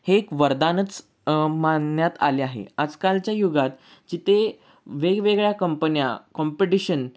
हे एक वरदानच मानण्यात आले आहे आजकालच्या युगात जिथे वेगवेगळ्या कंपन्या कॉम्पिटिशन